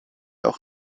auch